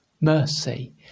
Mercy